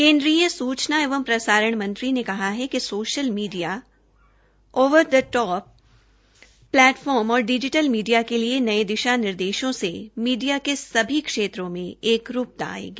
केन्द्रीय सूचना एवं प्रसारण मंत्री ने कहा है कि social media over the top platform और डिजीटल मीडिया के लिए नये निदेशों से मीडिया के सभी क्षेत्रों में एकरूपता आयेगी